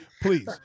please